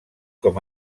com